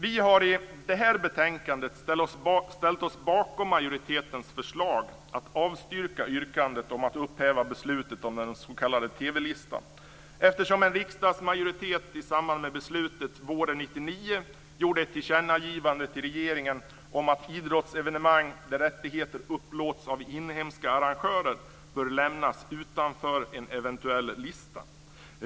Vi har i det här betänkandet ställt oss bakom majoritetens förslag att avstyrka yrkandet om att upphäva beslutet om den s.k. TV listan, eftersom en riksdagsmajoritet i samband med beslutet våren 1999 gjorde ett tillkännagivande till regeringen om att idrottsevenemang där rättigheter upplåts av inhemska arrangörer bör lämnas utanför en eventuell lista.